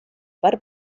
per